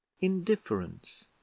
indifference